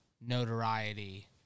notoriety